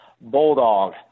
Bulldog